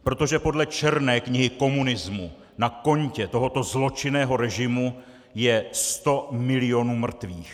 Protože podle Černé knihy komunismu na kontě tohoto zločinného režimu je 100 milionů mrtvých.